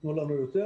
ייתנו לנו יותר,